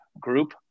group